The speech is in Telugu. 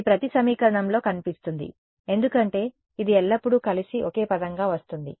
ఇది ప్రతి సమీకరణంలో కనిపిస్తుంది ఎందుకంటే ఇది ఎల్లప్పుడూ కలిసి ఒకే పదంగా వస్తుంది